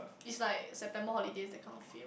is like September holidays that kind feel